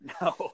No